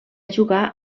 jugar